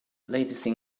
latency